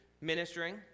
ministering